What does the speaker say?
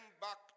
back